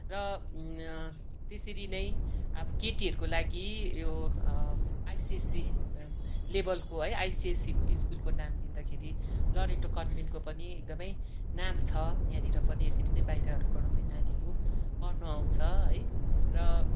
र त्यसरी नै अब केटीहरूको लागि यो आइसिएससी लेभलको है आइसिएससी स्कुलको नाम लिँदाखेरि लरेटो कन्भेन्टको पनि एकदमै नाम छ यहाँनिर पनि यसरी नै बाहिरहरूबाट पनि नानीहरू पढ्नु आउँछ है र